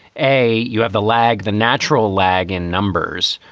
a, you have the lag, the natural lag in numbers.